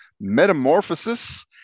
Metamorphosis